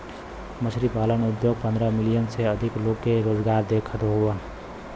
मछरी पालन उद्योग पंद्रह मिलियन से अधिक लोग के रोजगार देवत हउवन